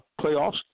playoffs